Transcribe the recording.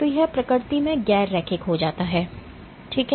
तो यह प्रकृति में गैर रैखिक हो जाता है ठीक है